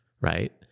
Right